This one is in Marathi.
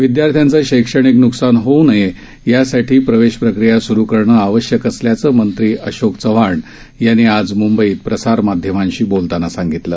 विद्यार्थ्यांचं शैक्षणिक नुकसान होऊ नये यासाठी प्रवेश प्रक्रिया सुरू करणं आवश्यक असल्याचं मंत्री अशोक चव्हाण यांनी आज मुंबईत प्रसारमाध्यमांशी बोलताना स्पष्ट केलं